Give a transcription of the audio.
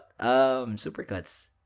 Supercuts